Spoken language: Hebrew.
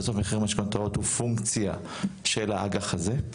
בסוף מחיר המשכנתאות הוא פונקציה של האג"ח הזה.